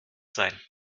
sein